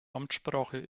amtssprache